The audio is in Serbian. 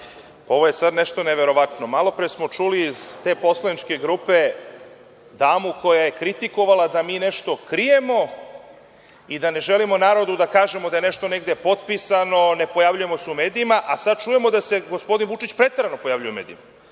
Ovo je sada nešto neverovatno. Malopre smo čuli iz te poslaničke grupe damu koja je kritikovala da mi nešto krijemo i da ne želimo narodu da kažemo da je nešto negde potpisano, ne pojavljujemo se u medijima, a sada čujemo da se gospodin Vučić preterano pojavljuje u medijima.